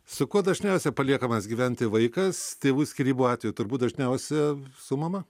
su kuo dažniausiai paliekamas gyventi vaikas tėvų skyrybų atveju turbūt dažniausia su mama